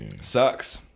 sucks